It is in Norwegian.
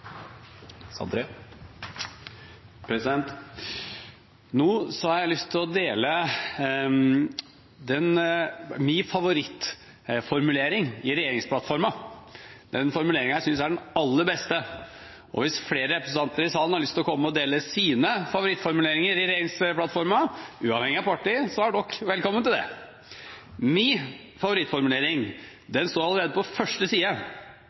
den aller beste – og hvis flere representanter i salen har lyst til å komme og dele sine favorittformuleringer i regjeringsplattformen, uavhengig av parti, er de velkomne til det. Min favorittformulering står allerede på første side: